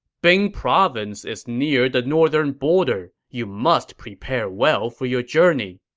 bing province is near the northern border. you must prepare well for your journey.